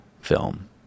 film